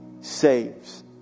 saves